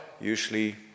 usually